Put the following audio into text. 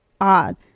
odd